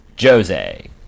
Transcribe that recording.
Jose